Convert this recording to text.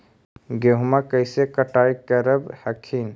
गेहुमा कैसे कटाई करब हखिन?